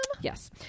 Yes